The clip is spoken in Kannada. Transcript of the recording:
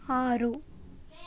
ಆರು